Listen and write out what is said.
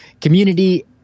community